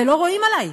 ולא רואים עלי.